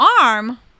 arm